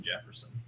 Jefferson